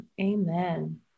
Amen